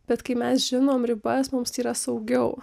bet kai mes žinom ribas mums yra saugiau